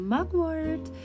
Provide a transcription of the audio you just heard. Mugwort